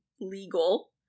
legal